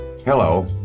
Hello